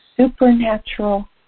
supernatural